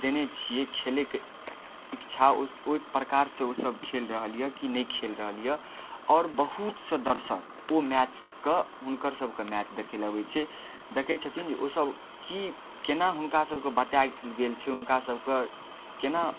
देने छियै खेलैके शिक्षा ओहि प्रकार सऽ ओसब खेल रहल यऽ की नहि खेल रहल यऽ आओर बहुत से दर्शक ओ मैचके हुनकर सबके मैच देखै लए अबै छै देखै छथिन जे ओसब की केना हुनका सबके बतायल गेल छै हुनका सबके केना